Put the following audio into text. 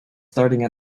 starting